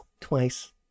twice